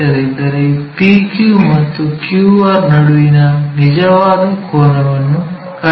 ಇದ್ದರೆ PQ ಮತ್ತು QR ನಡುವಿನ ನಿಜವಾದ ಕೋನವನ್ನು ಕಂಡುಹಿಡಿಯಬೇಕು